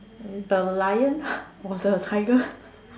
the lion or the tiger